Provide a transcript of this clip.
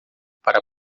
para